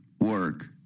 work